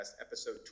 episode